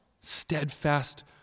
steadfast